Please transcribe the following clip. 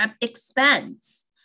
expense